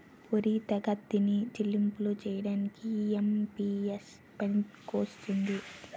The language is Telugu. పోరితెగతిన చెల్లింపులు చేయడానికి ఐ.ఎం.పి.ఎస్ పనికొస్తుంది